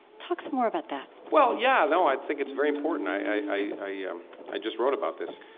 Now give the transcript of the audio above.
talk some more about that well, yeah, no, i think it's very important. i ah yeah i just wrote about this.